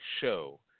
Show